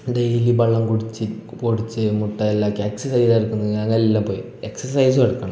daily ബള്ളം കുടിച്ചിരിക്കുക പൊടിച്ച് മുട്ടയെല്ല ക്യാക്സ്സ് ചെയ്തെട്ക്കുന്ന അതെല്ലാം പോയി എക്സ്ർസൈസു എടുക്കണം